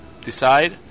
decide